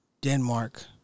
Denmark